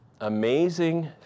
Amazing